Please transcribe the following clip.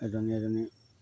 এজনী এজনী